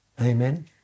Amen